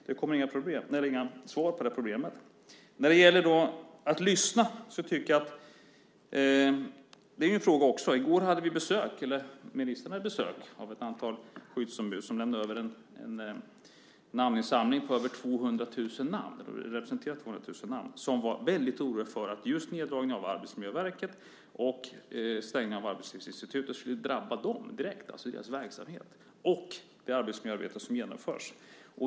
Det kommer inga svar i fråga om det problemet. I går hade ministern besök av ett antal skyddsombud som lämnade över en namninsamling. De representerade över 200 000 namn. De var väldigt oroliga för att just neddragningen av Arbetsmiljöverket och stängningen av Arbetslivsinstitutet skulle drabba dem direkt, alltså i deras verksamhet, och det arbetsmiljöarbete som genomförs.